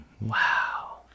Wow